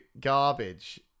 garbage